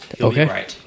Okay